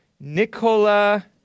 Nicola